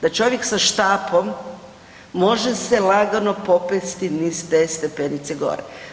Da čovjek sa štapom može se lagano popesti niz te stepenice gore.